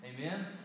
Amen